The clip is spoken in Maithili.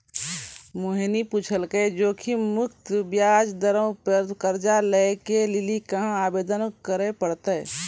मोहिनी पुछलकै जोखिम मुक्त ब्याज दरो पे कर्जा लै के लेली कहाँ आवेदन करे पड़तै?